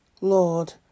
Lord